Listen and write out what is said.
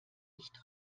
nicht